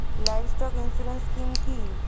Livestock insurance scheme কি?